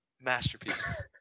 Masterpiece